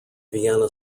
vienna